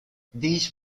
these